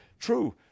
true